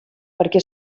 perquè